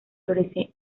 florecen